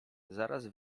zaraz